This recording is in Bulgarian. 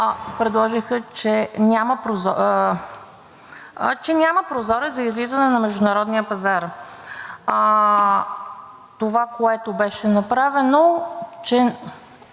предложиха, че няма прозорец за излизане на международния пазар. Това, което беше направено